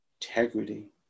integrity